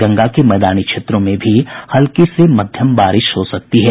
गंगा के मैदानी क्षेत्रों में भी हल्की से मध्यम बारिश हो सकती है